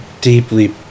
deeply